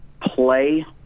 play